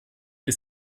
ist